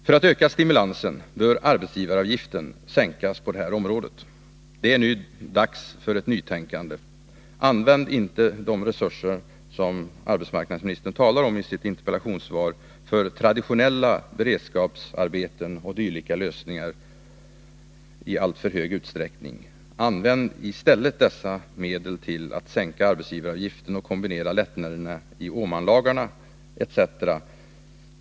För att öka stimulansen bör arbetsgivaravgiften sänkas på det här området. Det är nu dags för ett nytänkande. Använd inte de resurser som det talas om i interpellationssvaret i alltför stor utsträckning för traditionella beredskapsarbeten och liknande lösningar. Använd i stället dessa medel till att sänka arbetsgivaravgiften och kombinera dem med lättnader i Åmanlagarna etc.